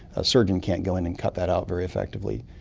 a surgeon can't go in and cut that out very effectively,